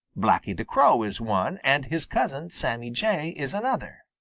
blacky the crow is one and his cousin, sammy jay, is another.